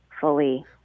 fully